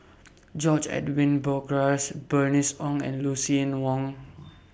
George Edwin Bogaars Bernice Ong and Lucien Wang